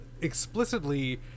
explicitly